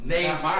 Names